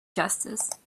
justice